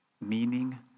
meaning